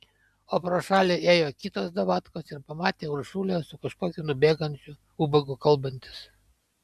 o pro šalį ėjo kitos davatkos ir pamatė uršulę su kažkokiu nubėgančiu ubagu kalbantis